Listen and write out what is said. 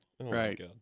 right